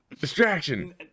distraction